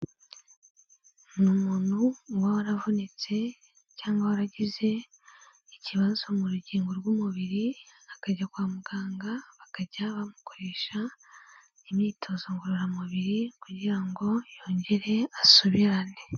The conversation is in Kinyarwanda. Ni umuntu uba waravunitse cyangwa waragize ikibazo mu rugingo rw'umubiri akajya kwa muganga bakajya bamukoresha imyitozo ngororamubiri kugira ngo yongere asubirane.